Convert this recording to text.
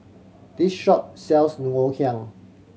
this shop sells Ngoh Hiang